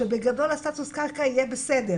שבגדול הסטטוס קרקע יהיה בסדר,